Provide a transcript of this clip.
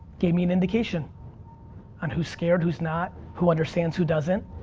gave me an indication on who's scared, who's not. who understands, who doesn't.